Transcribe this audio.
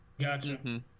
Gotcha